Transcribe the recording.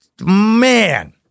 man